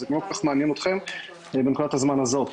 זה גם לא כל כך מעניין אתכם בנקודת הזמן הזו.